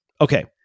Okay